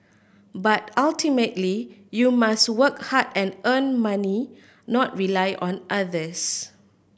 but ultimately you must work hard and earn money not rely on others